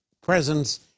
presence